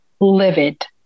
livid